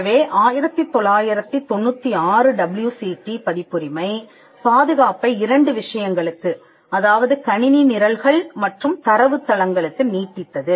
எனவே 1996 WCT பதிப்புரிமை பாதுகாப்பை இரண்டு விஷயங்களுக்கு அதாவது கணினி நிரல்கள் மற்றும் தரவு தளங்களுக்கு நீட்டித்தது